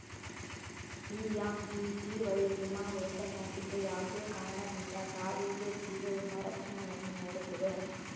PMGGY ವಿಮಾ ಯೋಜನೆಯಾಗಿದ್ದು, ಯಾವುದೇ ಕಾರಣದಿಂದ ಸಾವಿಗೆ ಜೀವ ವಿಮಾ ರಕ್ಷಣೆಯನ್ನು ನೀಡುತ್ತದೆ